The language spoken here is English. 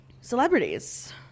celebrities